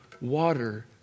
water